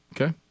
Okay